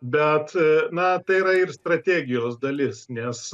bet na tai yra ir strategijos dalis nes